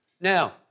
Now